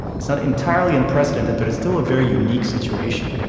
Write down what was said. it's not entirely unprecedented, but it's still a very unique situation,